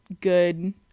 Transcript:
good